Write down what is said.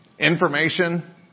Information